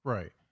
Right